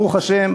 ברוך השם,